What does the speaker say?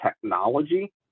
technology